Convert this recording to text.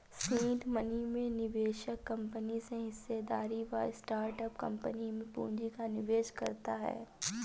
seed money में निवेशक company में हिस्सेदारी में स्टार्टअप कंपनी में पूंजी का निवेश करता है